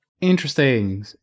Interesting